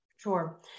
Sure